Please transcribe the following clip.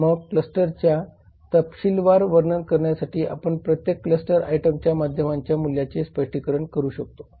मग क्लस्टरच्या तपशीलवार वर्णन करण्यासाठी आपण प्रत्येक क्लस्टर आयटमच्या माध्यमांच्या मूल्याचे स्पष्टीकरण करू शकतो